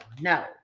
no